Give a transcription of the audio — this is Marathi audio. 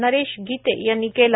नरेश गिते यांनी केले